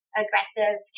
aggressive